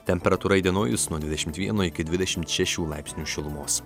temperatūra įdienojus nuo dvidešimt vieno iki dvidešimt šešių laipsnių šilumos